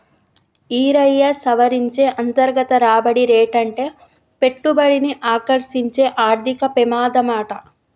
ఈరయ్యా, సవరించిన అంతర్గత రాబడి రేటంటే పెట్టుబడిని ఆకర్సించే ఆర్థిక పెమాదమాట